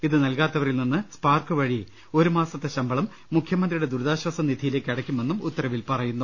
ഇത് നൽകാത്തവരിൽ നിന്ന് സ്പാർക്ക് വഴി ഒരു മാസത്തെ ശമ്പളം മുഖ്യമ ന്ത്രിയുടെ ദുരിതാശ്ചാസനിധിയിലേക്ക് അടക്കുമെന്നും ഉത്തരവിൽ പറയുന്നു